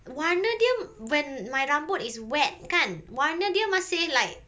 warna dia when my rambut is wet kan warna dia masih like